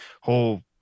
whole